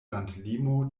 landlimo